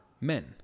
men